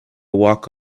walk